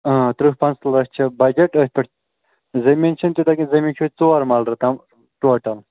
آ تٕرٛہ پانٛژھ تٕرٛہ لَچھ چھِ بَجَٹ أتھۍ پٮ۪ٹھ زٔمیٖن چھِنہٕ تیوٗتاہ کیٚنہہ زٔمیٖن چھُ ژور مَلرٕ تام ٹوٹَل